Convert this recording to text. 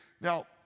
Now